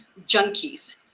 junkies